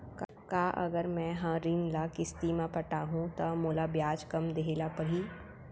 का अगर मैं हा ऋण ल किस्ती म पटाहूँ त मोला ब्याज कम देहे ल परही?